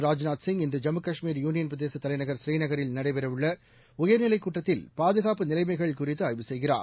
ராஜ்நாத் இன்று ஜம்முகாஷ்மீர் யூளியன் பிரதேசதலைநகர் புநீநகரில் நடைபெறவுள்ளஉயர்நிலைக் கூட்டத்தில் பாதுகாப்பு நிலைமைகள் குறித்துஆய்வு செய்கிறார்